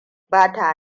bata